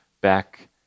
back